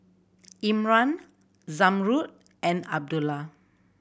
Imran Zamrud and Abdullah